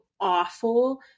awful